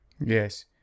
Yes